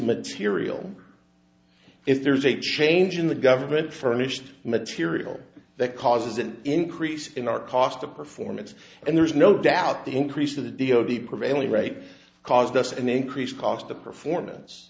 material if there's a change in the government furnished material that causes an increase in our cost of performance and there is no doubt the increase of the d o d prevailing rate caused us an increase cost the performance